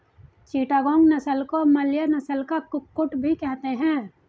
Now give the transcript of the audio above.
चिटागोंग नस्ल को मलय नस्ल का कुक्कुट भी कहते हैं